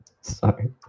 Sorry